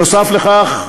נוסף על כך,